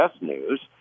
News